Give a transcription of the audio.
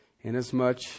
inasmuch